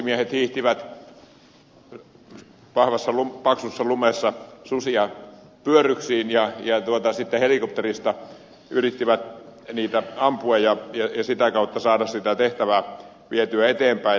siellä suksimiehet hiihtivät vahvassa paksussa lumessa susia pyörryksiin ja sitten helikopterista yrittivät niitä ampua ja sitä kautta saada sitä tehtävää vietyä eteenpäin